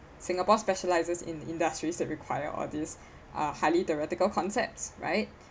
singapore specialises in industries that require all these uh highly theoretical concepts right